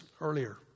earlier